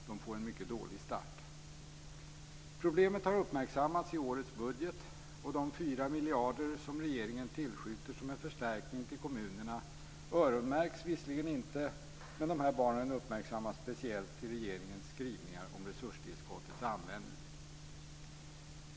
De får en mycket dålig start. Problemet har uppmärksammats i årets budget. De fyra miljarder som regeringen tillskjuter som en förstärkning till kommunerna öronmärks visserligen inte, men de här barnen uppmärksammas speciellt i regeringens skrivningar om resurstillskottets användning.